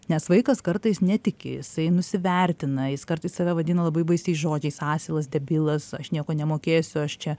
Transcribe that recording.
nes vaikas kartais netiki jisai nusivertina jis kartais save vadina labai baisiais žodžiais asilas debilas aš nieko nemokėsiu aš čia